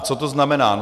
Co to znamená?